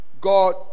God